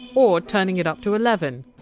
or turning it up to eleven?